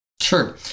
Sure